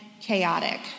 chaotic